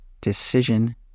decision